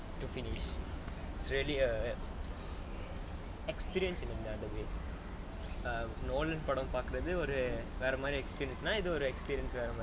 to finish it's really a experience in another way err மோகினி படம் பாக்குறது ஒரு வெற மாரி:mohini padam paakurathu oru vera maari experience இது ஒரு:ithu oru experience